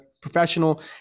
professional